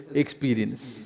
experience